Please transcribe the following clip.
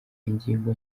ingingo